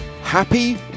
Happy